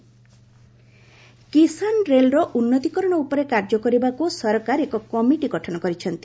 Kisan Rail କିଷାନ ରେଲ୍ର ଉନ୍ନତୀକରଣ ଉପରେ କାର୍ଯ୍ୟ କରିବାକୁ ସରକାର ଏକ କମିଟି ଗଠନ କରିଛନ୍ତି